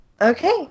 Okay